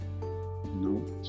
No